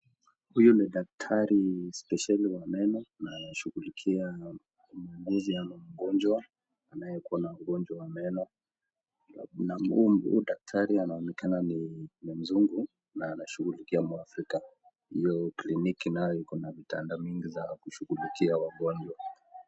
Huyu ni daktari spesheli wa meno na anashughulikia mwuguzi ama mgonjwa anayekuwa na ugonjwa wa meno na humu daktari anaonekana ni mzungu na anashughulikia mwafrika. Hio kliniki nayo iko na vitanda mingi za kushughulikia wagonjwa.